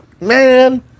man